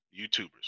YouTubers